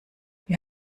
wir